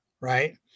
right